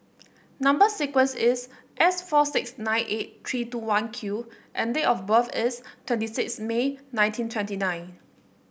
number sequence is S four six nine eight three two one Q and date of birth is twenty six May nineteen twenty nine